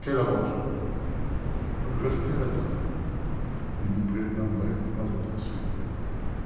quelle aventure restait la dame il n'y prêta même pas attention